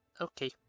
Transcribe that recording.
Okay